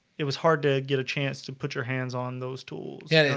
it was hard to get a chance to put your hands on those tools yeah,